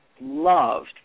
loved